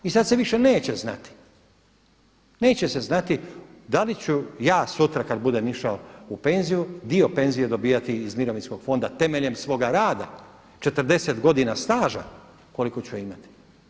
I sad se više neće znati, neće se znati da li ću ja sutra kad budem išao u penziju dio penzije dobivati iz Mirovinskog fonda temeljem svoga rada 40 godina staža koliko ću ja imati.